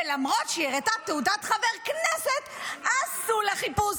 ולמרות שהיא הראתה תעודת חבר כנסת עשו לה חיפוש.